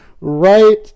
right